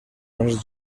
més